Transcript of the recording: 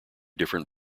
different